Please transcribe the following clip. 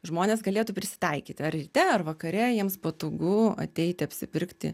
žmonės galėtų prisitaikyti ar ryte ar vakare jiems patogu ateiti apsipirkti